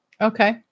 Okay